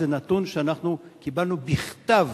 זה נתון שאנחנו קיבלנו בכתב